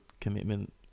commitment